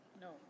no